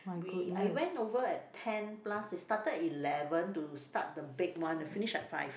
we I went over at ten plus it started at eleven to start the bake one the finish at five